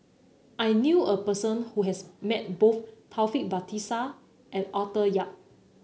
I knew a person who has met both Taufik Batisah and Arthur Yap